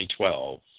2012